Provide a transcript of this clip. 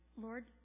Lord